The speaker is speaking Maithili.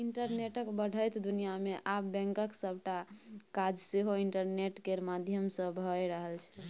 इंटरनेटक बढ़ैत दुनियाँ मे आब बैंकक सबटा काज सेहो इंटरनेट केर माध्यमसँ भए रहल छै